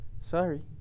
Sorry